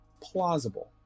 plausible